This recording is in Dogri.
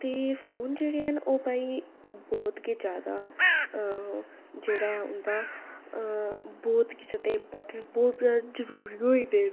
ते फोन जेह्ड़े हैन ओह् भाई बौह्त गै जैदा अ जेह्ड़ा ऐ उं'दा अ बौह्त गै जैदा इंपारटैंट बौह्त जैदा जरूरी होई दे न